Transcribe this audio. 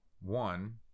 One